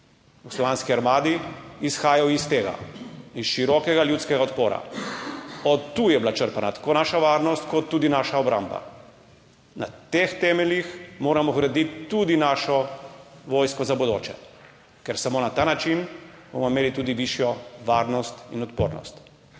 jugoslovanski armadi, izhajal iz tega in širokega ljudskega odpora. Od tu je bila črpana tako naša varnost kot tudi naša obramba, na teh temeljih moramo graditi tudi našo vojsko za bodoče, ker samo na ta način bomo imeli tudi višjo varnost in odpornost.